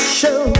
show